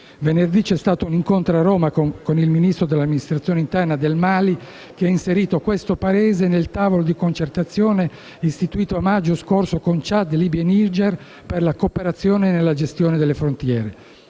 Venerdì c'è stato un incontro a Roma con il Ministro dell'amministrazione interna del Mali, che ha inserito questo Paese nel tavolo di concertazione istituito a maggio scorso con Ciad, Libia e Niger, per la cooperazione nella gestione delle frontiere.